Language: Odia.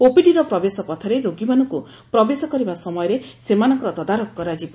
ଓପିଡିର ପ୍ରବେଶପଥରେ ରୋଗୀମାନଙ୍କୁ ପ୍ରବେଶ କରିବା ସମୟରେ ସେମାନଙ୍କର ତଦାରଖ କରାଯିବ